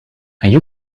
you